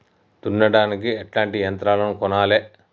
దున్నడానికి ఎట్లాంటి యంత్రాలను కొనాలే?